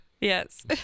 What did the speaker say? Yes